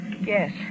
Yes